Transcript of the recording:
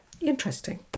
interesting